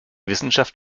wissenschaft